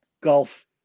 Golf